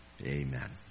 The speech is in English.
Amen